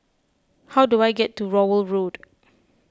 how do I get to Rowell Road